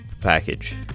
package